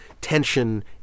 tension